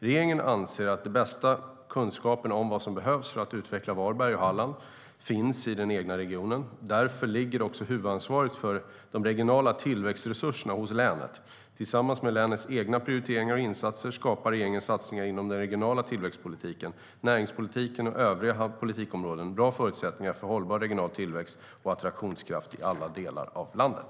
Regeringen anser att den bästa kunskapen om vad som behövs för att utveckla Varberg och Halland finns i den egna regionen. Därför ligger också huvudansvaret för de regionala tillväxtresurserna hos länet. Tillsammans med länets egna prioriteringar och insatser skapar regeringens satsningar inom den regionala tillväxtpolitiken, näringspolitiken och övriga politikområden bra förutsättningar för hållbar regional tillväxt och attraktionskraft i alla delar av landet.